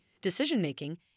decision-making